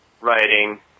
writing